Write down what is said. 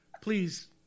Please